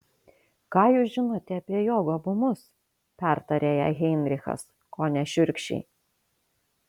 ką jūs žinote apie jo gabumus pertarė ją heinrichas kone šiurkščiai